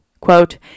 Quote